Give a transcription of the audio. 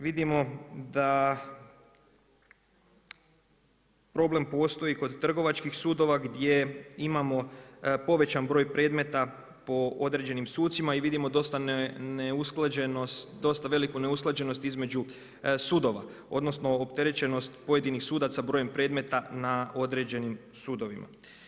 Vidimo da problem postoji kod trgovačkih sudova gdje imamo povećan broj predmeta po određenim sucima i vidimo dosta veliku neusklađenost između sudova odnosno opterećenost pojedinih sudaca brojem predmeta na određenim sudovima.